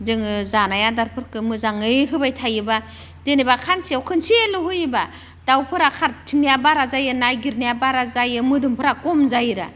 जोङो जानाय आदारफोरखौ मोजाङै होबाय थायोबा जेनोबा सानसेयाव खनसेल' होयोबा दाउफोरा खारथिंनाया बारा जायो नायगिरनाया बारा जायो मोदोमफोरा खम जायोरा